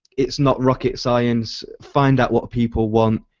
it's not rocket science. find out what people want,